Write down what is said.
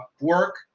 Work